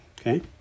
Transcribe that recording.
Okay